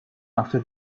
after